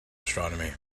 astronomy